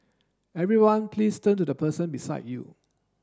everyone please turn to the person beside you